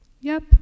Yep